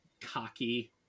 cocky